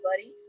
buddy